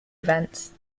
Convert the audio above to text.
events